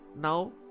Now